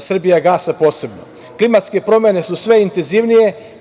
„Srbijagasa“ posebno. Klimatske promene su sve intenzivnije.